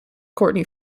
courtney